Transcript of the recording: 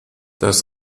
das